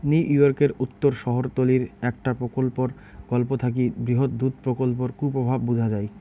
নিউইয়র্কের উত্তর শহরতলীর একটা প্রকল্পর গল্প থাকি বৃহৎ দুধ প্রকল্পর কুপ্রভাব বুঝা যাই